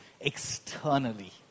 externally